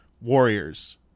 Warriors